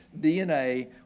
DNA